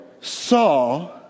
saw